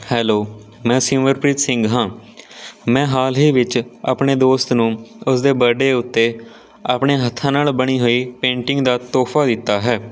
hello ਮੈਂ ਸਿਮਰਪ੍ਰੀਤ ਸਿੰਘ ਹਾਂ ਮੈਂ ਹਾਲ ਹੀ ਵਿੱਚ ਆਪਣੇ ਦੋਸਤ ਨੂੰ ਉਸਦੇ ਬਰਡੇ ਉੱਤੇ ਆਪਣੇ ਹੱਥਾਂ ਨਾਲ਼ ਬਣੀ ਹੋਈ ਪੇਂਟਿੰਗ ਦਾ ਤੋਹਫ਼ਾ ਦਿੱਤਾ ਹੈ